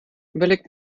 überlegt